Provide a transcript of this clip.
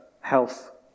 health